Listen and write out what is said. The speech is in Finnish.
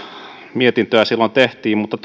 mietintöä silloin tehtiin mutta